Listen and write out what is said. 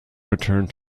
returned